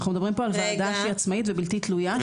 אנחנו מדברים על ועדה עצמאית ובלתי תלויה.